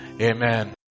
Amen